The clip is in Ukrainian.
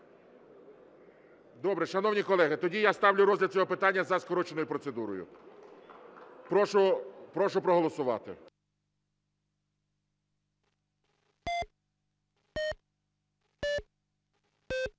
Добре. Шановні колеги, тоді я ставлю розгляд цього питання за скороченою процедурою. Прошу проголосувати.